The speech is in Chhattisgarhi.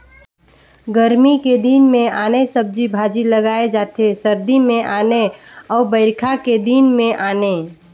गरमी के दिन मे आने सब्जी भाजी लगाए जाथे सरदी मे आने अउ बइरखा के दिन में आने